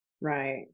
Right